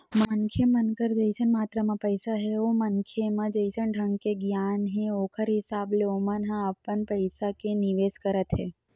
मनखे मन कर जइसन मातरा म पइसा हे ओ मनखे म जइसन ढंग के गियान हे ओखर हिसाब ले ओमन ह अपन पइसा के निवेस करत हे